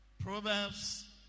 Proverbs